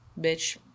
bitch